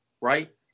right